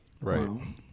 Right